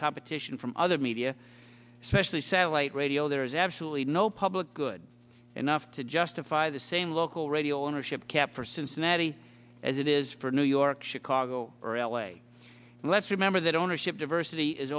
competition from other media specially satellite radio there is absolutely no public good enough to justify the same local radio ownership cap for cincinnati as it is for new york chicago or l a let's remember that ownership diversity is